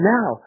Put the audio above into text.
Now